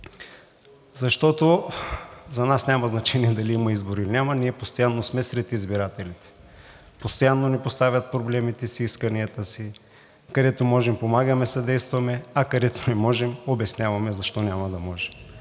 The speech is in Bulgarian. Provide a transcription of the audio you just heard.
Защото за нас няма значение дали има избори, или няма – ние постоянно сме сред избирателите. Те постоянно ни поставят проблемите си, исканията си и където можем, помагаме и съдействаме, а където не можем, обясняваме защо няма да можем.